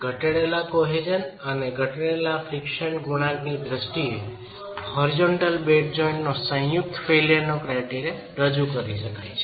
ઘટાડેલા કોહેસન અને ઘટાડેલા ફ્રીક્શન ગુણાંકની દ્રષ્ટિએ હોરીજોંનટલ બેડ જોઈન્ટ નો સંયુક્ત ફેઇલ્યરનો ક્રાયટેરિયા રજૂ કરી શકાય છે